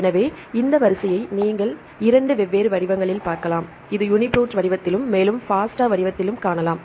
எனவே இந்த வரிசையை நீங்கள் இரண்டு வெவ்வேறு வடிவங்களில் பார்க்கலாம் இது யுனிபிரோட் வடிவதிலும மேலும் ஃபாஸ்டா வடிவதிலும் காணலாம்